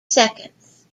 seconds